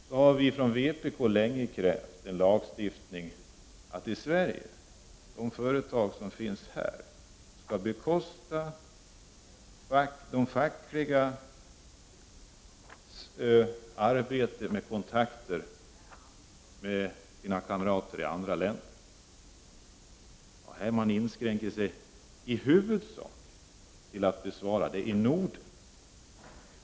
Vi har från vpk länge krävt att de företag som finns här i Sverige skall bekosta de fackligt engagerades kontakter med sina kamrater i andra länder. Utskottet inskränker sig i huvudsak till att ta upp den frågan med avseende på Norden.